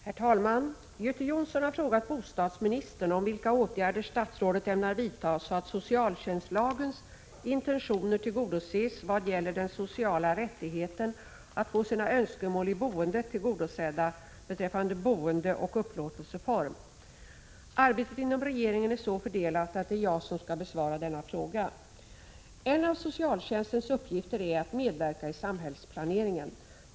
Herr talman! Göte Jonsson har frågat bostadsministern om vilka åtgärder statsrådet ämnar vidta så att socialtjänstlagens intentioner tillgodoses vad gäller den sociala rättigheten att få sina önskemål i boendet tillgodosedda beträffande boende och upplåtelseform. Arbetet inom regeringen är så fördelat att det är jag som skall besvara denna fråga. En av socialtjänstens uppgifter är att medverka i samhällsplaneringen.